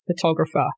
photographer